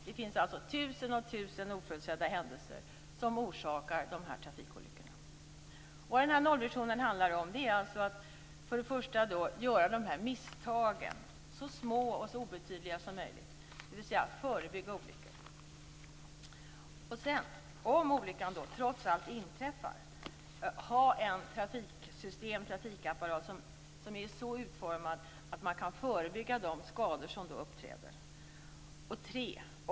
Det finns alltså tusen och tusen oförutsedda händelser som orsakar de här trafikolyckorna. Det nollvisionen handlar om är alltså att för det första göra de här misstagen så små och obetydliga som möjligt, dvs. förebygga olyckor. Om olyckan trots allt inträffar skall man för det andra ha en trafikapparat som är så utformad att man kan förebygga de skador som uppträder.